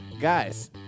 guys